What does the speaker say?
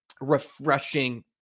refreshing